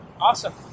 awesome